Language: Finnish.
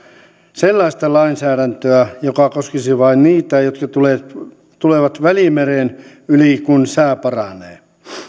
sellaista lainsäädäntöä joka koskisi vain niitä jotka tulevat tulevat välimeren yli kun sää paranee